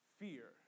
fear